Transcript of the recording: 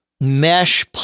mesh